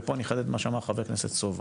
ופה אני אחדד את מה שאמר חבר הכנסת סובה.